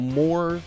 more